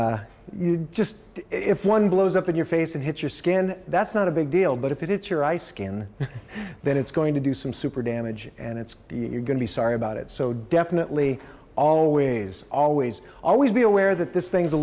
and you just if one blows up in your face and hit your skin that's not a big deal but if it it's your eye skin then it's going to do some super damage and it's you're going to be sorry about it so definitely always always always be aware that this thing is a